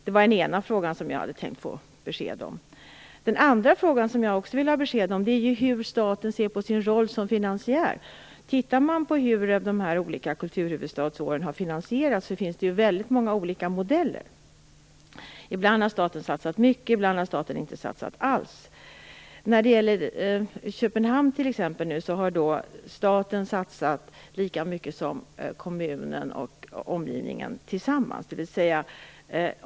Den var den ena frågan som jag tänkt få besked om. Den andra frågan som jag också vill ha besked om är hur staten ser på sin roll som finansiär. Tittar man på hur de olika kulturhuvudstadsåren har finansierats finns det väldigt många olika modeller. Ibland har staten satsat mycket, och ibland har staten inte satsat alls. När det t.ex. gäller Köpenhamn har staten satsat lika mycket som kommunen och omgivningen tillsammans.